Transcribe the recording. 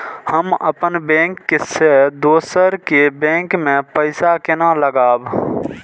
हम अपन बैंक से दोसर के बैंक में पैसा केना लगाव?